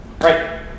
Right